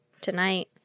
Tonight